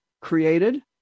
created